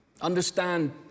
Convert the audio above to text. Understand